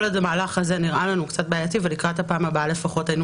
המהלך הזה נראה לנו קצת בעייתי ולקראת הפעם הבאה לפחות היינו